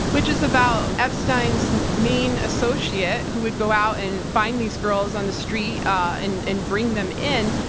which is about epstein's mean associate who would go out and find these girls on the street and and bring them in,